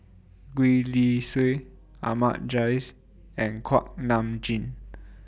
Gwee Li Sui Ahmad Jais and Kuak Nam Jin